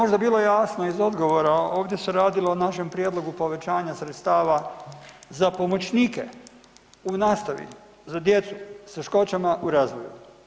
Ako dakle nije možda bilo jasno iz odgovora, ovdje se radilo o našem prijedlogu povećanja sredstava za pomoćnike u nastavi za djecu s teškoćama u razvoju.